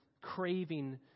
craving